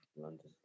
London